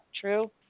true